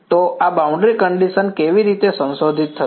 તો આ boundary condition કેવી રીતે સંશોધિત થશે